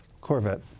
Corvette